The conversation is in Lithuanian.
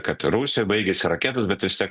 kad rusijai baigėsi raketos bet vis tiek